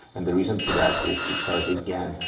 and the reason for that is because, again,